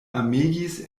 amegis